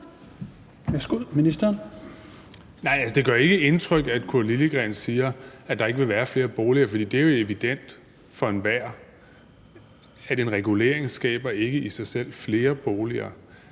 det gør ikke indtryk, at Curt Liliegreen siger, at der ikke vil være flere boliger, for det er evident for enhver, at en regulering ikke i sig selv skaber flere boliger.